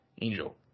Angel